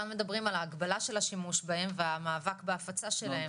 כאן מדברים על ההגבלה של השימוש בהם והמאבק בהפצה שלהם.